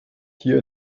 hier